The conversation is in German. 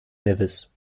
nevis